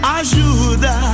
ajuda